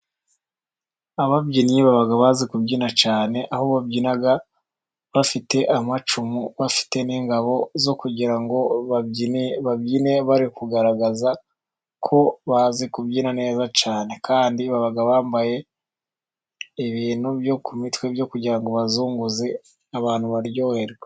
Ababyinnyi baba bazi kubyina cyane, aho babyina bafite amacumu, bafite n'ingabo, zo kugira ngo babyine bari kugaragaza ko bazi kubyina neza cyane, kandi baba bambaye ibintu byo ku mitwe byo kugira ngo bazunguze abantu baryoherwe.